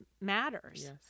matters